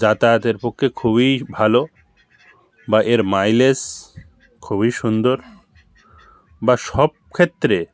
যাতায়াতের পক্ষে খুবই ভালো বা এর মাইলেজ খুবই সুন্দর বা সব ক্ষেত্রে